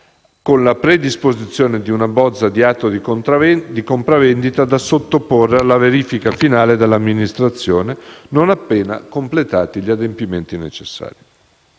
con la predisposizione di una bozza di atto di compravendita da sottoporre alla verifica finale dell'Amministrazione, non appena completati gli adempimenti necessari.